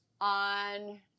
on